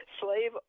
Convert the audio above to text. slave